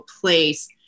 place